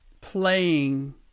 playing